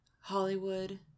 hollywood